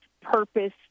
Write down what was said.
purpose